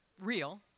real